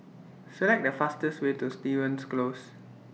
Select The fastest Way to Stevens Close